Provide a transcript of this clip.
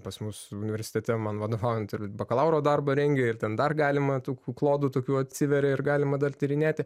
pas mus universitete man vadovaujant ir bakalauro darbą rengė ir ten dar galima tų klodų tokių atsiveria ir galima dar tyrinėti